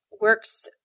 works